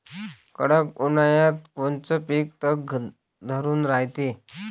कडक उन्हाळ्यात कोनचं पिकं तग धरून रायते?